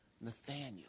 Nathaniel